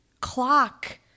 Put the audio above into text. clock